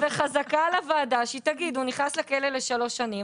בחזקה על הוועדה שהיא תגיד 'הוא נכנס לכלא לשלוש שנים,